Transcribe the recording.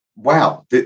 Wow